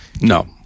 No